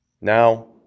Now